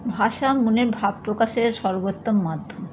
ভাষা মনের ভাব প্রকাশের সর্বোত্তম মাধ্যম